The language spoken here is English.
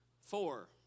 Four